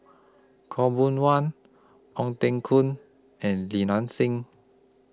Khaw Boon Wan Ong Teng Koon and Li Nanxing